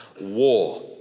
war